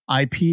IP